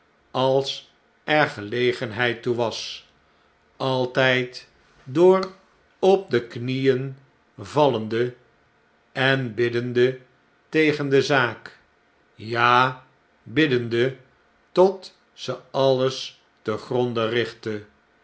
als er gelegenheid toe was altyd door op de knieen vallende en biddende tegen de zaak ja biddende tot ze alles te grond richtte